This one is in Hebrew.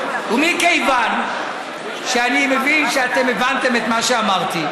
מכיוון שאני מבין שאתם הבנתם את מה שאמרתי,